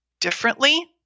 differently